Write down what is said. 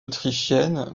autrichienne